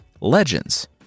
LEGENDS